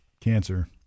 cancer